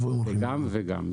גם וגם.